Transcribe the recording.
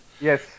Yes